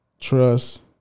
Trust